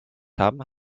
haben